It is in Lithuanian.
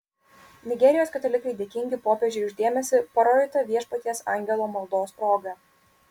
nigerijos katalikai dėkingi popiežiui už dėmesį parodytą viešpaties angelo maldos proga